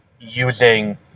using